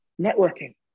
networking